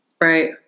Right